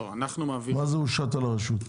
מה זה הושת על הרשות?